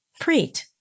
Preet